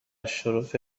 شرف